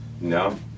No